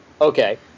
Okay